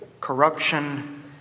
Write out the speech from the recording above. corruption